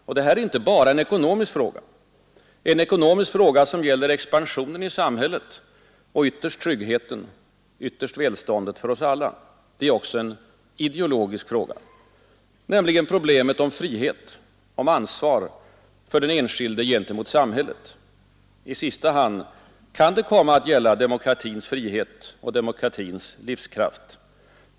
Och det här är inte bara en ekonomisk fråga, en fråga som gäller expansionen i samhället och ytterst tryggheten och välståndet för oss alla. Det är också en ideologisk fråga, nämligen problemet om frihet och om ansvar för den enskilde gentemot samhället. I sista hand kan det komma att gälla den demokratiska friheten och demokratins livskraft.